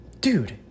Dude